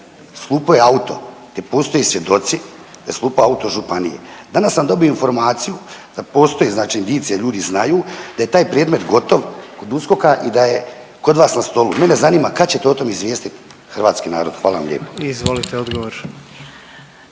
slupo je auto gdje postoje svjedoci da je slupao auto županije, danas sam dobio informaciju da postoje znači indicije ljudi znaju da je taj predmet gotov kod USKOK-a i da je kod vas na stolu. Mene zanima kad ćete o tome izvijestit hrvatski narod? Hvala vam lijepo. **Jandroković,